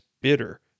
bitter